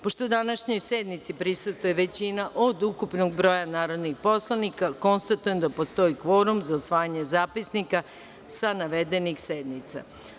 Pošto današnjoj sednici prisustvuje većina od ukupnog broja narodnih poslanika, konstatujem da postoji kvorum za usvajanje zapisnika sa navedenih sednica.